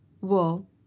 wool